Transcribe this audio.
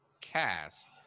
cast